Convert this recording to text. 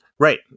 Right